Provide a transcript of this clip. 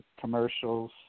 commercials